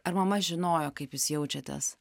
ar mama žinojo kaip jūs jaučiatės